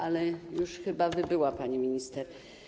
Ale już chyba wybyła pani minister.